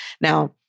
Now